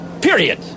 period